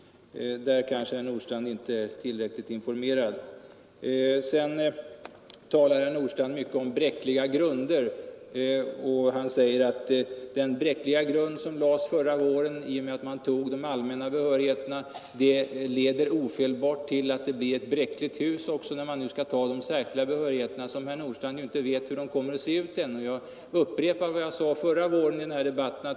Därvidlag kanske herr Nordstrandh inte är tillräckligt informerad. Herr Nordstrandh säger att den bräckliga grund som lades förra våren i och med att man antog de allmänna behörighetsreglerna ofelbart leder till att det också blir ett bräckligt hus, när man skall ta de särskilda behörighetsregler, vilkas utseende ännu är herr Nordstrandh obekant. Jag upprepar vad jag sade förra våren i debatten.